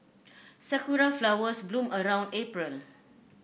sakura flowers bloom around April